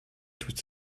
toute